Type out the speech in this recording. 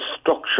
structure